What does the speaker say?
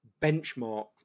benchmark